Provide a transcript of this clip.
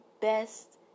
best